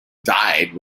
died